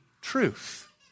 truth